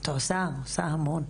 את עושה, עושה המון,